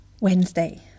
Wednesday